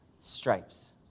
stripes